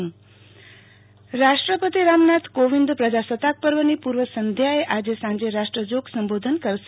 આરતી ભટ રાષ્ટ્રપતિ રાષ્ટ્રજોગ સંબોધન રાષ્ટ્રપતિ રામનાથ કોવિંદ પ્રજાસત્તાક પર્વની પૂર્વ સંધ્યાએ આજે સાંજે રાષ્ટ્રજોગ સંબોધન કરશે